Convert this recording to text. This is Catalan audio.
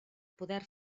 poder